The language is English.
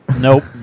Nope